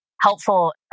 helpful